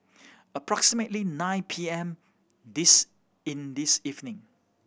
approximately nine P M this in this evening